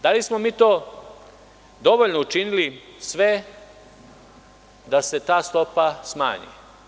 Da li smo mi to dovoljno učinili sve da se ta stopa smanji?